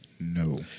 No